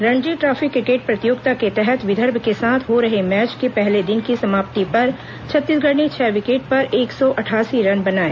Ranji trophy cricket प्रतियोगिता के तहत विदर्भ के साथ हो रहे मैच के पहले दिन की समाप्ति पर छत्तीसगढ़ ने छह विकेट पर एक सौ अठासी रन बनाए